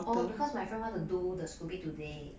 because my friend wanna do the scoby today